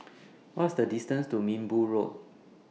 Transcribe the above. What IS The distance to Minbu Road